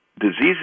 diseases